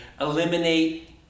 Eliminate